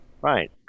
right